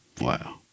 Wow